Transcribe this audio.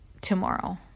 tomorrow